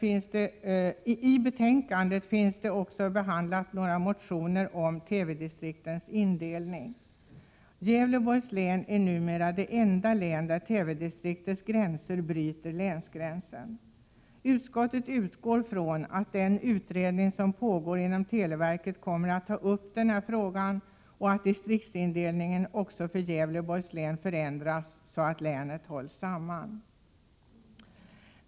I betänkandet behandlas också några motioner om TV-distriktens indelning. Gävleborgs län är numera det enda län där TV-distriktets gränser bryter länsgränsen. Utskottet utgår från att den utredning som pågår inom televerket kommer att ta upp denna fråga, och att distriktsindelningen också för Gävleborgs län förändras så att länet hålls samman i detta avseende.